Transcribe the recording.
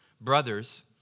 Brothers